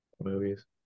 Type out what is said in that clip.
movies